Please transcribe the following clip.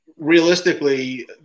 Realistically